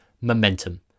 Momentum